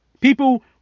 People